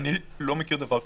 אני לא מכיר דבר כזה.